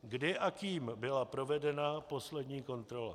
Kdy a kým byla provedena poslední kontrola?